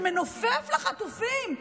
שמנופף לחטופים.